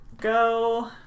go